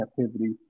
captivity